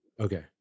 Okay